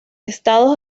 estados